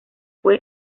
fue